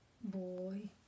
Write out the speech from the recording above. boy